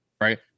Right